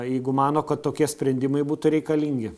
jeigu mano kad tokie sprendimai būtų reikalingi